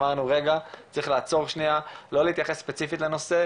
אמרנו רגע צריך לעצור שנייה לא להתייחס ספציפית לנושא,